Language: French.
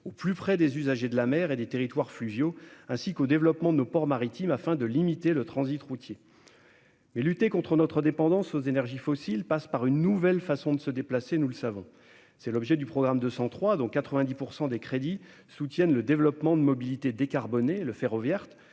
au plus près des usagers de la mer et des territoires fluviaux, ainsi qu'au développement de nos ports maritimes, afin de limiter le transit routier. Toutefois, nous le savons, lutter contre notre dépendance aux énergies fossiles passe par une nouvelle façon de se déplacer. Tel est l'objet du programme 203, dont 90 % des crédits soutiennent le développement de mobilités décarbonées : le ferroviaire,